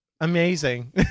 Amazing